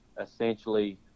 essentially